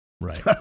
Right